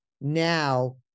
now